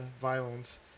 Violence